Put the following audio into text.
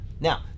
Now